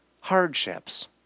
hardships